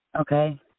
Okay